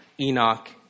Enoch